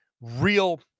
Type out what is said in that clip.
real